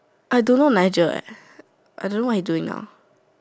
I don't know Nigel leh I don't know what he doing now